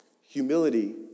Humility